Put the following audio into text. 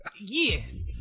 Yes